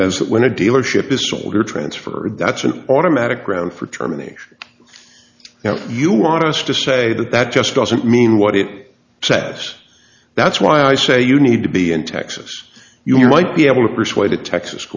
that when a dealership is sold or transferred that's an automatic ground for germany now you want us to say that that just doesn't mean what it says that's why i say you need to be in texas you might be able to persuade a texas